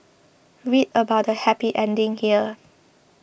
read about the happy ending here